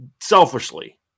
selfishly